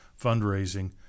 fundraising